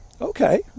Okay